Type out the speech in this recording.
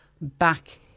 back